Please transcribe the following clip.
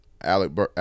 Alex